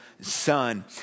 son